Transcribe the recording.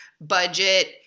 budget